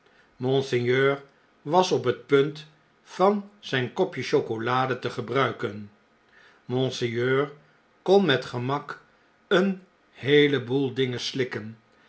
monseigneur was op het punt van zjjn kopje chocolade te gebruiken monseigneur kon met gemak een heelen boel dingen slikken